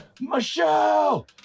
Michelle